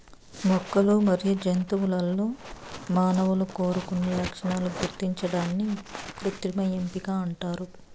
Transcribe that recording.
మొక్కలు మరియు జంతువులలో మానవులు కోరుకున్న లక్షణాలను గుర్తించడాన్ని కృత్రిమ ఎంపిక అంటారు